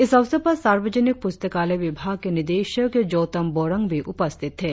इस अवसर पर सार्वजनिक पुस्तकालय विभाग के निदेशक जोतम बोरांग उपस्थित थे